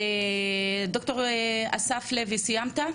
ד"ר אסף לוי, סיימת?